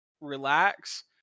relax